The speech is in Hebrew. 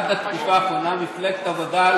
עד התקופה האחרונה מפלגת העבודה,